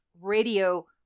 radio